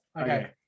Okay